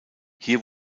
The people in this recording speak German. hier